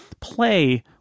play